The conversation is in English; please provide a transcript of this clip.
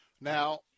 Now